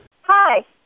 Hi